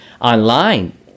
online